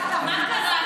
קטי שטרית, אני מבקש.